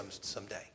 someday